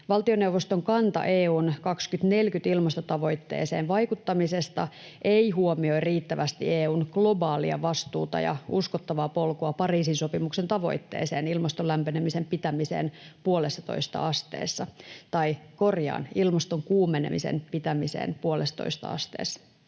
Valtioneuvoston kanta EU:n 2040-ilmastotavoitteeseen vaikuttamisesta ei huomioi riittävästi EU:n globaalia vastuuta ja uskottavaa polkua Pariisin-sopimuksen tavoitteeseen ilmaston lämpenemisen pitämiseen puolessatoista asteessa — tai korjaan: ilmaston kuumenemisen pitämiseen puolessatoista asteessa.